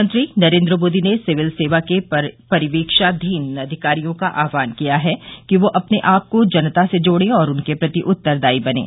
प्रधानमंत्री नरेन्द्र मोदी ने सिविल सेवा के परिवीक्षाधीन अधिकारियों का अह्वान किया है कि वे अपने आप को जनता से जोड़ें और उनके प्रति उत्तरदायी बनें